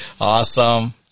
Awesome